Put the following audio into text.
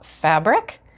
fabric